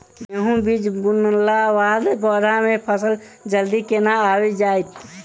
गेंहूँ बीज बुनला बाद पौधा मे फसल जल्दी केना आबि जाइत?